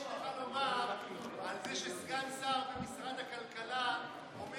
מה יש לך לומר על זה שסגן שר במשרד הכלכלה אומר